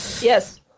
Yes